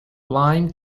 lime